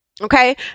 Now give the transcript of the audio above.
Okay